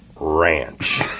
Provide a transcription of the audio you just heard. Ranch